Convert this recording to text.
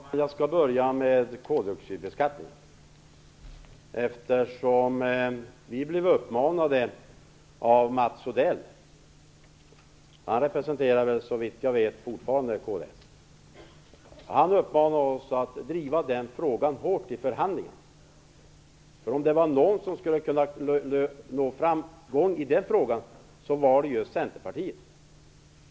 Fru talman! Jag skall börja med koldioxidbeskattningen. Vi blev uppmanade av Mats Odell - som såvitt jag vet fortfarande representerar kds - att driva den frågan hårt i förhandlingarna; om det var någon som skulle kunna nå fram i den frågan var det just Centerpartiet.